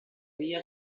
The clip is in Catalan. via